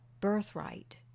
birthright